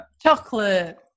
Chocolate